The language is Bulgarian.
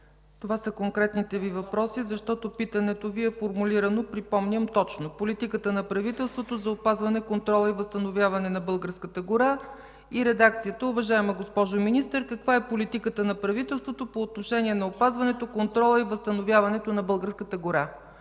Това са конкретните Ви въпроси, защото питането Ви е формулирано, припомням точно: „Политиката на правителството за опазването, контрола и възстановяването на българската гора”. Редакцията: „Уважаема госпожо Министър, каква е политиката на правителството по отношение на опазването, контрола и възстановяването на българската гора?”